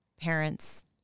parents